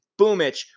Boomich